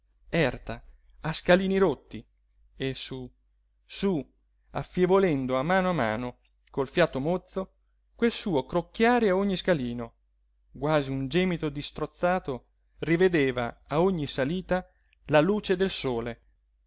erta a scalini rotti e sú sú affievolendo a mano a mano col fiato mózzo quel suo crocchiare a ogni scalino quasi in un gemito di strozzato rivedeva a ogni salita la luce del sole